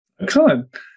excellent